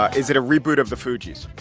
ah is it a reboot of the fugees?